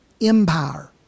Empire